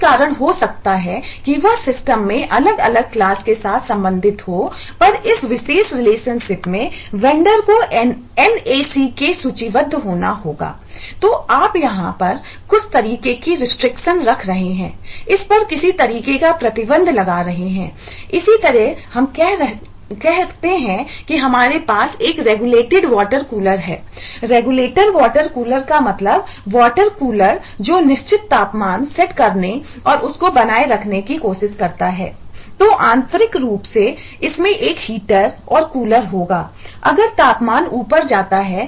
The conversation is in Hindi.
इस कारण से हो सकता है कि वह सिस्टम जो निश्चित तापमान सेट करने और उसको बनाए रखने की कोशिश करता है